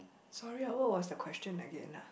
sorry ah what was your question again ah